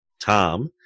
Tom